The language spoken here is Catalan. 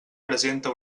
presenta